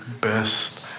best